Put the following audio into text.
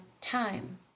time